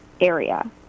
area